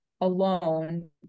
alone